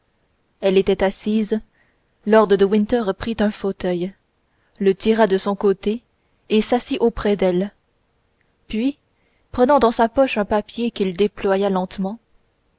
elle était assise lord de winter prit un fauteuil le tira à son côté et s'assit auprès d'elle puis prenant dans sa poche un papier qu'il déploya lentement